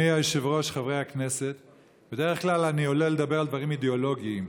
דברים אידיאולוגיים.